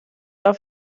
auf